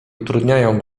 utrudniają